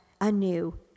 anew